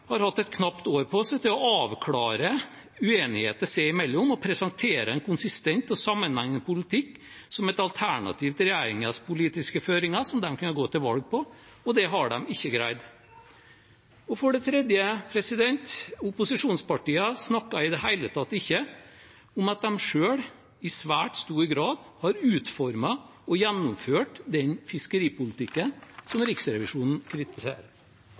har hatt et knapt år på seg til å avklare uenigheter seg imellom og presentere en konsistent og sammenhengende politikk som et alternativ til regjeringens politiske føringer, som de kunne gå til valg på, og det har de ikke greid. For det tredje: Opposisjonspartiene snakker ikke i det hele tatt om at de selv i svært stor grad har utformet og gjennomført den fiskeripolitikken som Riksrevisjonen kritiserer.